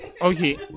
Okay